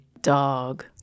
dog